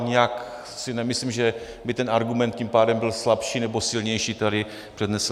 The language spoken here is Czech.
Nijak si nemyslím, že by ten argument tím pádem byl slabší nebo silnější, který tady přednesl.